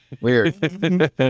weird